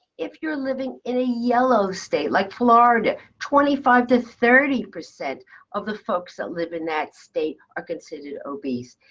if you're living in a yellow state, like florida, twenty five percent to thirty percent of the folks that live in that state are considered obese.